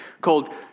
called